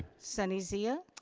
sunny zia.